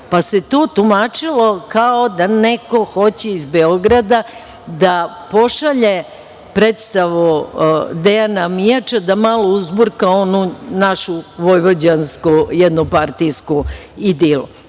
pa se to tumačilo kao da neko hoće iz Beograda da pošalje predstavu Dejana Mijača da malo uzburka onu našu vojvođansku, jednopartijsku